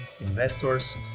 investors